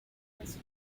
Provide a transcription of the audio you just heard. paris